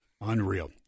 Unreal